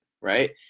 right